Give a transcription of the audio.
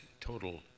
total